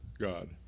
god